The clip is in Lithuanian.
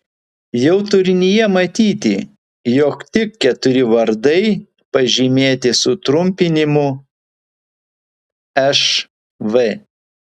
jau turinyje matyti jog tik keturi vardai pažymėti sutrumpinimu šv